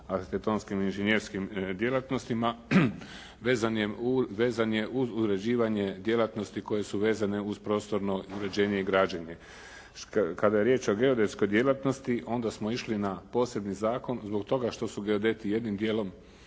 arhitektonskim i inženjerskim djelatnostima, vezan je uz uređivanje djelatnosti koje su vezane uz prostorno uređenje i građenje. Kada je riječ o geodetskoj djelatnosti onda smo išli na posebni zakon zbog toga što su geodeti jednim dijelom